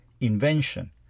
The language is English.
invention